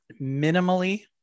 minimally